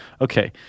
Okay